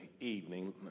evening